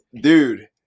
dude